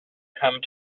come